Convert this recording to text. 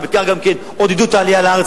ובכך גם עודדו את העלייה לארץ,